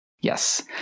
Yes